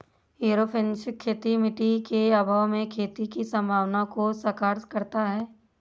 aeroponics खेती मिट्टी के अभाव में खेती की संभावना को साकार करता है